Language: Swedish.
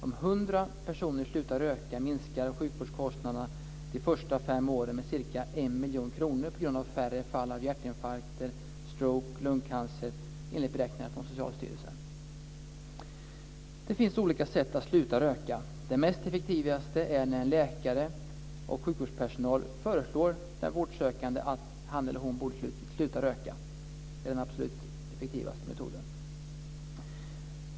Om 100 personer slutar röka minskar sjukvårdskostnaderna de första fem åren med ca 1 miljon kronor på grund av färre fall av hjärtinfarkter, stroke och lungcancer, enligt beräkningar från Socialstyrelsen. Det finns olika sätt att sluta röka. Det mest effektiva är när läkare och sjukvårdspersonal föreslår den vårdsökande att han eller hon borde sluta röka. Det är den absolut effektivaste metoden.